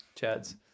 Chads